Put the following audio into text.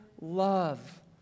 love